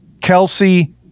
Kelsey